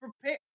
prepare